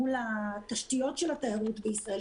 מול התשתיות של התיירות בישראל,